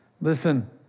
Listen